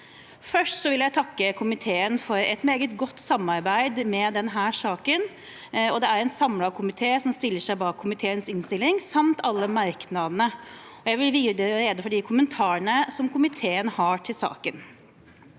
Først vil jeg takke komiteen for et meget godt samarbeid med denne saken. Det er en samlet komité som stiller seg bak innstillingene samt alle merknadene. Jeg vil videre gjøre rede for de kommentarene som komiteen har til saken.